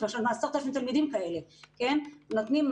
גם מגמה